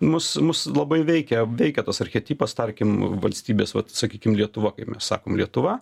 mus mus labai veikia veikia tas archetipas tarkim valstybės vat sakykim lietuva kaip mes sakom lietuva